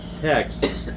text